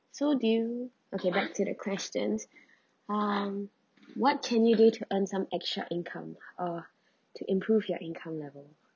so do you okay back to the question um what can you do to earn some extra income or to improve your income level